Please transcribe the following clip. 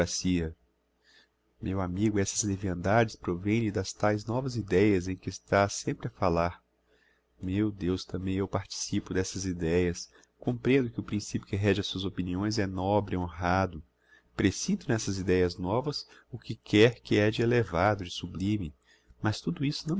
aristocracia meu amigo essas leviandades provêm lhe das taes novas ideias em que está sempre a falar meu deus tambem eu participo dessas ideias comprehendo que o principio que rege as suas opiniões é nobre honrado presinto n'essas ideias novas o que quer que é de elevado de sublime mas tudo isso